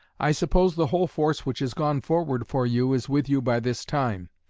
i suppose the whole force which has gone forward for you is with you by this time.